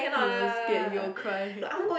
he will scared he will cry